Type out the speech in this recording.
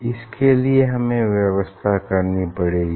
इसके लिए हमें व्यवस्था करनी पड़ेगी